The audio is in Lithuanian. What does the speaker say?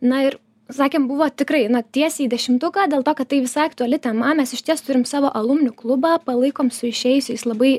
na ir sakėm buvo tikrai na tiesiai į dešimtuką dėl to kad tai visai aktuali tema mes išties turim savo alumnių klubą palaikom su išėjusiais labai